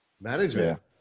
Management